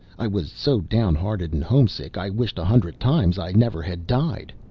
i was so down hearted and homesick i wished a hundred times i never had died.